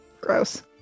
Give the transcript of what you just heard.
Gross